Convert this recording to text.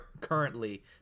currently